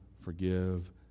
forgive